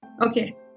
okay